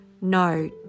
no